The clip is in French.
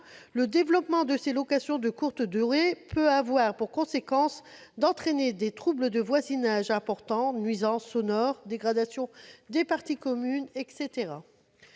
Le développement de ces locations de courte durée peut notamment entraîner des troubles de voisinage englobant nuisances sonores, dégradation des parties communes, etc.